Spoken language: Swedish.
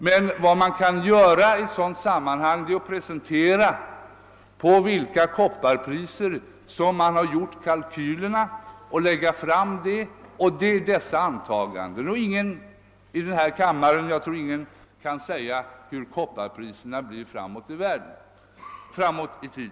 Men vad man i ett sådant sammanhang kan göra är att ange på vilka kopparpriser kalkylerna är baserade och därefter fatta beslut. Jag tror inte någon i denna kammare kan säga hur kopparpriserna blir framöver.